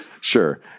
Sure